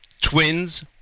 twins